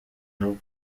rob